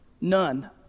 None